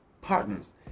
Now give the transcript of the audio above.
partners